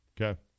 Okay